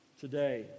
today